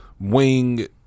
Wing